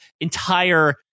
entire